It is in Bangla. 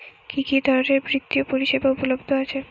কি কি ধরনের বৃত্তিয় পরিসেবা উপলব্ধ আছে?